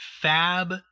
Fab